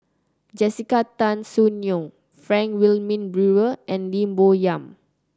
Jessica Tan Soon Neo Frank Wilmin Brewer and Lim Bo Yam